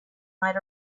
might